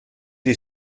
die